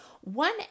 One